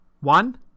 One